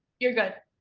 you're good!